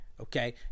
okay